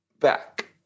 back